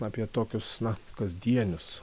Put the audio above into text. apie tokius kasdienius